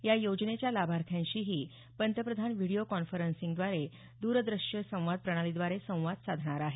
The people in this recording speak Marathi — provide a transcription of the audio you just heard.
या योजनेच्या लाभार्थींशीही पंतप्रधान व्हिडीओ कॉन्फरन्सिंग द्रदृष्य संवाद प्रणालीद्वारे संवाद साधणार आहेत